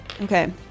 Okay